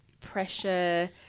pressure